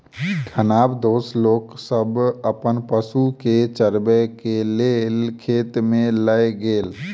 खानाबदोश लोक सब अपन पशु के चरबै के लेल खेत में लय गेल